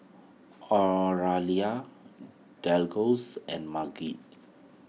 Oralia and Madge